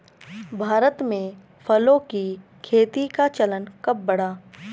भारत में फलों की खेती का चलन कब बढ़ा?